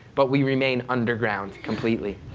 but we remain underground completely.